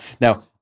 Now